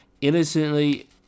innocently